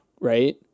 right